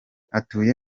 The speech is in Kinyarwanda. atuye